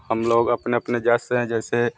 हम लोग अपने अपने जात से हैं जैसे